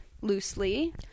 Loosely